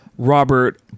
Robert